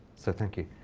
so thank you.